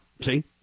see